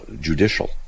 judicial